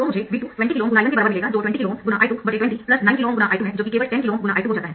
तो मुझे V2 20 KΩ ×I1 के बराबर मिलेगा जो कि 20 KΩ ×I2 209 KΩ ×I2 है जो कि केवल 10 KΩ ×I2 हो जाता है